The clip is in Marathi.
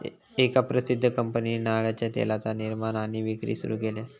एका प्रसिध्द कंपनीन नारळाच्या तेलाचा निर्माण आणि विक्री सुरू केल्यान